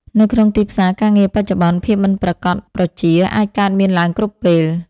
នៅក្នុងទីផ្សារការងារបច្ចុប្បន្ន ភាពមិនប្រាកដប្រជាអាចកើតមានឡើងគ្រប់ពេល។